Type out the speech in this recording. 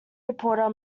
reporter